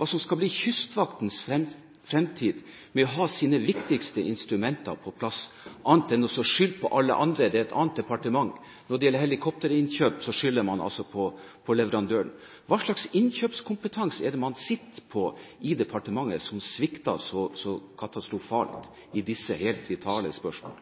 Kystvaktens fremtid, ved at de har sine viktigste instrumenter på plass og ikke gjør annet enn å skylde på alle andre; det gjelder et annet departement? Når det gjelder helikopterinnkjøp, skylder man altså på leverandøren. Hva slags innkjøpskompetanse er det man sitter på i departementet som svikter så katastrofalt i disse helt vitale spørsmål?